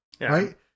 right